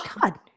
God